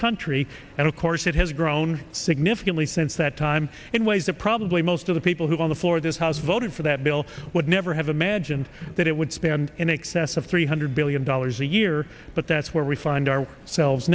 country and of course it has grown significantly since that time in ways that probably most of the people who were on the floor of this house voted for that bill would never have imagined that it would spend in excess of three hundred billion dollars a year but that's where we find our selves